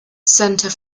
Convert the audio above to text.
center